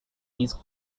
his